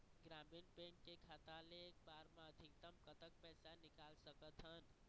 ग्रामीण बैंक के खाता ले एक बार मा अधिकतम कतक पैसा निकाल सकथन?